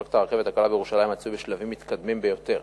פרויקט הרכבת הקלה בירושלים מצוי בשלבים מתקדמים ביותר.